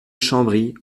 chambry